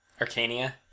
Arcania